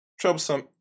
troublesome